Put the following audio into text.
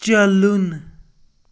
چَلُن